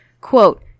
Quote